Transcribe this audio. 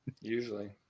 Usually